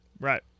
Right